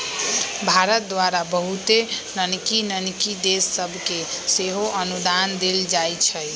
भारत द्वारा बहुते नन्हकि नन्हकि देश सभके सेहो अनुदान देल जाइ छइ